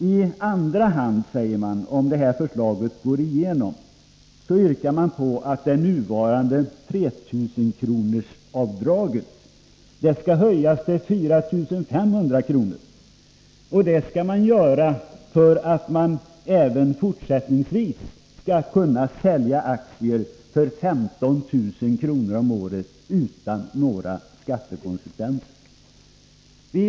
I andra hand — om förslaget går igenom — yrkar man att det nuvarande avdraget med 3 000 kr. skall höjas till 4 500 kr. Man vill därmed göra det möjligt att även fortsättningsvis sälja aktier för 15 000 kr. om året utan några skattekonsekvenser.